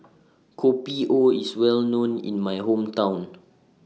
Kopi O IS Well known in My Hometown